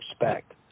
respect